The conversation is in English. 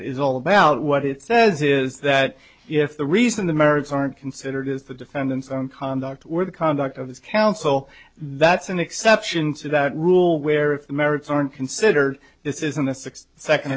is all about what it says is that if the reason the merits aren't considered is the defendant's own conduct were the conduct of his counsel that's an exception to that rule where if the merits aren't considered this is in the s